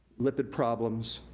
lipid problems,